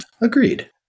Agreed